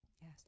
yes